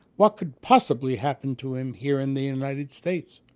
what could possibly happen to him here in the united states?